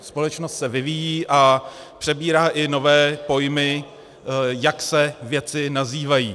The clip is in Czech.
Společnost se vyvíjí a přebírá i nové pojmy, jak se věci nazývají.